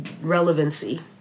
relevancy